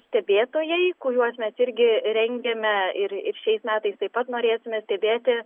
stebėtojai kuriuos mes irgi rengiame ir ir šiais metais taip pat norėsime stebėti